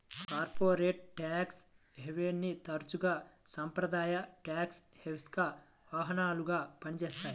corporate tax హెవెన్ని తరచుగా సాంప్రదాయ ట్యేక్స్ హెవెన్కి వాహనాలుగా పనిచేస్తాయి